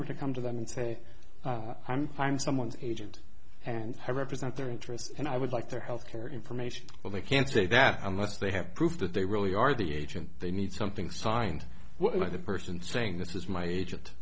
were to come to them and say i'm fine someone's agent and i represent their interests and i would like their health care information well they can say that unless they have proof that they really are the agent they need something signed by the person saying this is my agent